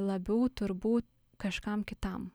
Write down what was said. labiau turbūt kažkam kitam